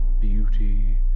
beauty